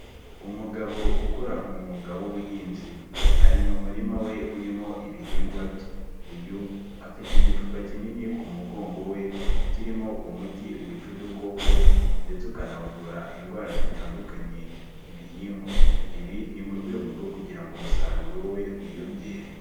Umugabo ukora umwuga w'ubuhinzi ari mu murima we urimo ibihingwa bye, uyu afite igicupa kinini ku mugongo we kirimo umuti wica udukoko ndetse ukanavura indwara zitandukanye ibihingwa, ibi ni mu rwego rwo kugira ngo umusaruro we wiyongere.